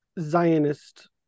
Zionist